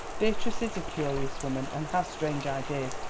beatrice is a curious woman, and has strange ideas,